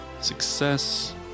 success